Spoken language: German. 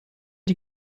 die